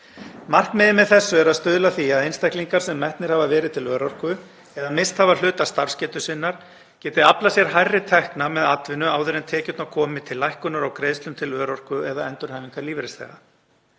Markmiðið með þessu er að stuðla að því að einstaklingar sem metnir hafa verið til örorku eða misst hafa hluta starfsgetu sinnar geti aflað sér hærri tekna með atvinnu áður en tekjurnar komi til lækkunar á greiðslum til örorku- eða endurhæfingarlífeyrisþega.